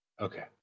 okay